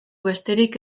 besterik